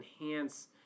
enhance